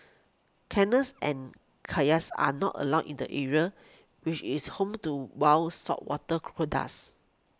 canoes and kayaks are not allowed in the area which is home to wild saltwater